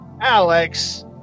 Alex